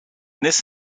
this